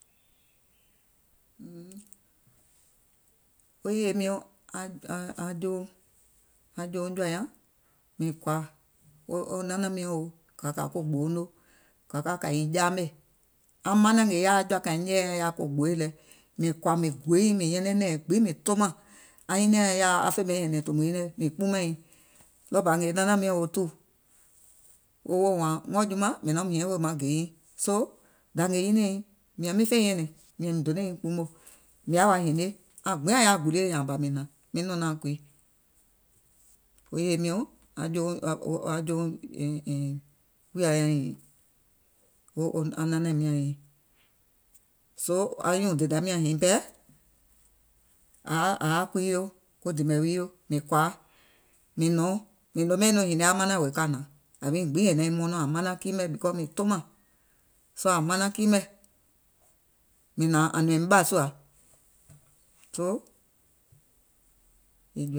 Hìniiìm, wo yèye miɔ̀ŋ aŋ jouŋ jɔ̀ȧ nyaŋ, o o wo nanàŋ miɔ̀ŋ wo, mìŋ kɔ̀à ko gboouŋ noo, mìŋ kɔ̀à ko gboouŋ noo, kà ka kà nyiŋ jaamè, aŋ manàŋ ngèè yaà aŋ jɔ̀àkàiŋ nyɛɛ̀ɛ̀ nyaŋ yaà ko gbooì lɛ, mìŋ kɔ̀à mìŋ gùò nyiìŋ mìŋ nyɛnɛŋ nɛ̀ɛŋ gbiŋ mìŋ tomàŋ, aŋ nyiniàŋ yaȧa aŋ fè ɓɛìŋ nyɛ̀nɛ̀ŋ tòmo nyiŋ nɛ̀ mìŋ kpuumàŋ nyiìŋ, ɗɔɔbà ngèè wo nanàŋ miɔ̀ŋ wo tuù, wo woò wààŋ, ngɔɔ̀ jumàŋ mìŋ naum hiɛ̀ŋ wèè maŋ gè nyiiŋ, soo, dàngè nyinìaŋ nyiiŋ, mìàŋ miŋ fèiŋ nyɛ̀nɛ̀ŋ mìŋ donàŋ nyiŋ kpuumò, mìŋ yaȧ wa hinie aŋ gbiŋ yaȧ gulie nyààŋ ɓɔ̀ mìŋ hnàŋ miŋ nɔ̀ŋ naàŋ kuii. Wo yèye miɔ̀ŋ, aŋ jouŋ wùìya nyȧŋ nyiiŋ, o o aŋ nanȧim nyàŋ nyiiŋ. Soo anyùùŋ dèdaim nyàŋ nyiŋ pɛɛ àŋ yaà ȧŋ yaà kuii yo, ko dìmɛ̀ wii yo mìŋ kɔ̀ȧa, mìŋ kɔ̀ȧa, mìŋ nɔ̀ɔŋ, mìŋ nɔ̀ŋ ɓɛìŋ nɔŋ hinie àŋ manȧŋ wèè ka hnàŋ, yàiŋ gbiŋ è naiŋ mɔɔnɔ̀ŋ, àŋ manaŋ kii mɛ̀, because mìŋ tomàŋ, soo ȧŋ manaŋ kii mɛ̀, mìŋ hnȧŋ ȧŋ nɔ̀ìm ɓà sùà, soo,